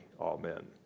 Amen